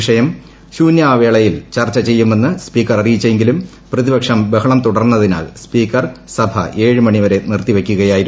വിഷയം ശൂന്യവേളയിൽ ചർച്ച ചെയ്യാമെന്ന് സ്പീക്കർ അറിയിച്ചെങ്കിലും പ്രതിപക്ഷം ബഹളം തുടർന്നുത്രിന്നിൽ സ്പീക്കർ സഭ ഏഴു മണിവരെ നിർത്തിവയ്ക്കുകയായിരുന്നു